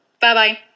Bye-bye